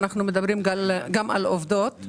אנחנו מדברים גם על עובדות,